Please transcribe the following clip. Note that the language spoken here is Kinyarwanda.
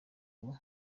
ubu